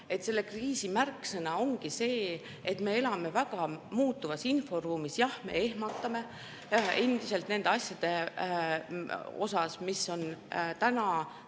Selle kriisi märksõna ongi see, et me elame väga muutuvas inforuumis. Jah, me ehmatame endiselt nende asjade peale, mis on täna